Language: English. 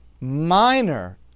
minor